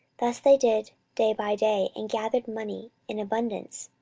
thus they did day by day, and gathered money in abundance.